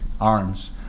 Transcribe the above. arms